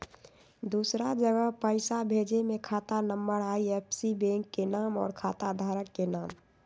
दूसरा जगह पईसा भेजे में खाता नं, आई.एफ.एस.सी, बैंक के नाम, और खाता धारक के नाम?